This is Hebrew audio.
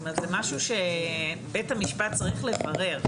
זה משהו שבית המשפט צריך לברר.